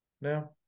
Now